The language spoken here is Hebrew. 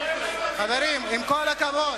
חברים, עם כל הכבוד.